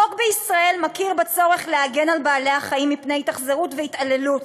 החוק בישראל מכיר בצורך להגן על בעלי-החיים מפני התאכזרות והתעללות.